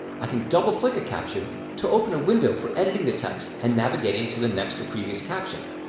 i can double-click a caption to open a window for editing the text and navigating to the next or previous caption.